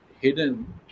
hidden